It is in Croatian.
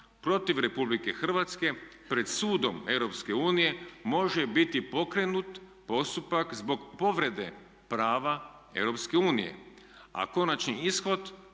protiv Republike Hrvatske pred sudom Europske unije može biti pokrenut postupak zbog povrede prava Europske unije.